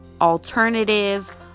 alternative